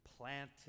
Planted